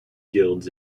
guilds